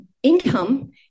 income